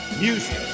Music